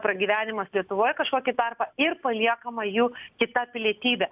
pragyvenimas lietuvoj kažkokį tarpą ir paliekama jų kita pilietybė